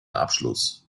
abschluss